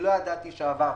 לא ידעתי שעבר.